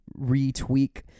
retweak